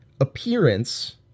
appearance